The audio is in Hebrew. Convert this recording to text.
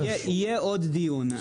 יהיה עוד דיון.